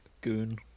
Goon